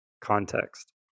context